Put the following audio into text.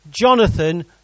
Jonathan